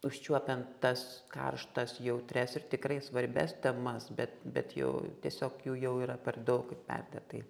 užčiuopiant tas karštas jautrias ir tikrai svarbias temas bet bet jau tiesiog jų jau yra per daug ir perdėtai